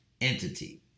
entity